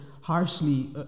harshly